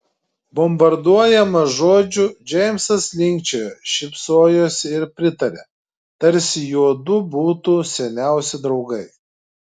bombarduojamas žodžių džeimsas linkčiojo šypsojosi ir pritarė tarsi juodu būtų seniausi draugai